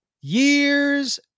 Years